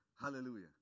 Hallelujah